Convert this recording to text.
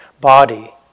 body